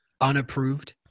unapproved